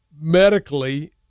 medically